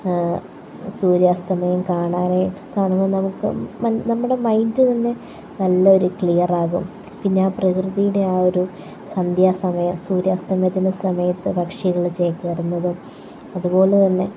സൂര്യാസ്തമയം കാണാനായിട്ട് കാണുമ്പം നമ്മുടെ മൈൻഡ് തന്നെ വളരെ ക്ലിയർ ആകും പിന്നെ പ്രകൃതിയുടെ ആ ഒരു സന്ധ്യാസമയം സൂര്യാസ്തമയത്തിൻ്റെ സമയത്ത് പക്ഷികൾ ചേക്കേറുന്നതും അതുപോലെത്തന്നെ